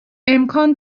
امکان